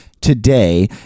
today